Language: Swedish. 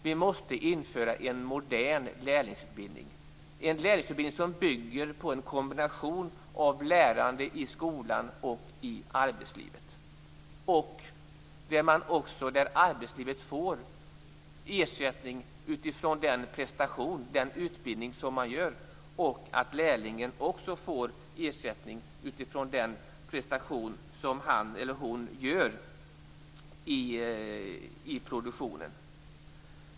Vi måste också införa en modern lärlingsutbildning. Det måste vara en lärlingsutbildning som bygger på en kombination av lärande i skolan och i arbetslivet. Arbetslivet skall få ersättning utifrån den prestation man utför, den utbildning man genomför, och lärlingen skall också få ersättning utifrån den prestation som han eller hon utför i produktionen.